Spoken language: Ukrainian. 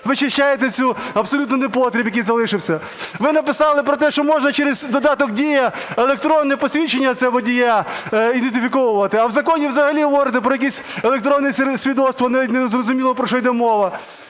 вичищаєте цей абсолютний непотріб, який залишився. Ви написали про те, що можна через додаток "Дія" електронне посвідчення водія ідентифікувати, а в законі взагалі говорите про якесь електронне свідоцтво, навіть не зрозуміло, про що йде мова.